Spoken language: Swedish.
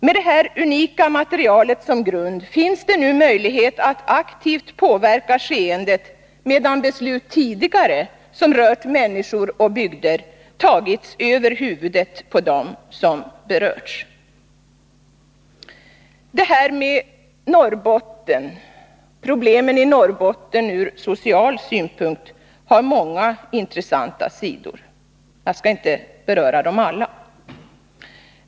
Med det här unika materialet som grund finns det nu möjlighet att aktivt påverka skeendet, medan tidigare beslut beträffande människor och bygder fattats över huvudet på dem som berörts. Problemen i Norrbotten har från social synpunkt många intressanta sidor. Jag skall inte beröra alla.